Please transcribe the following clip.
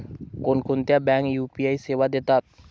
कोणकोणत्या बँका यू.पी.आय सेवा देतात?